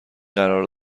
قرار